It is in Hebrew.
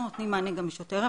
אנחנו נותנים מענה גם בשעות הערב,